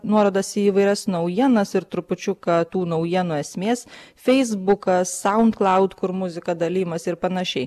nuorodas į įvairias naujienas ir trupučiuką tų naujienų esmės feisbukas sound cloud kur muzika dalijimąs ir panašiai